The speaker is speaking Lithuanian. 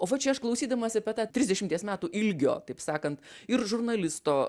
va čia aš klausydamasi apie tą trisdešimties metų ilgio taip sakant ir žurnalisto